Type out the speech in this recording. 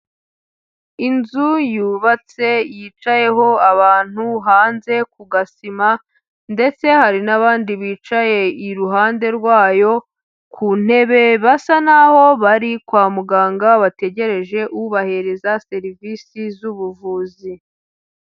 Inzu yubatse yicayeho abantu hanze kugasima ndetse hari n'abandi bicaye iruhande rwayo, ku ntebe basa naho bari kwa muganga bategereje ubahereza serivisi z'ubuvuzi.